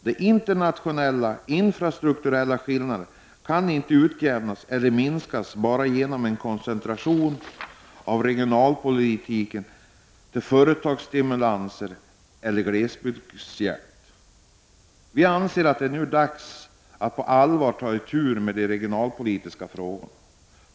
De internationella och infrastrukturella skillnaderna kan inte utjämnas eller minskas bara genom en koncentration av regionalpolitiken till företagsstimulanser eller glesbygdshjälp. Vi anser att det nu är dags att på allvar ta itu med de regionalpolitiska frågorna.